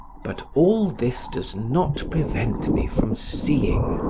but all this does not prevent me from seeing,